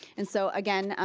and so again,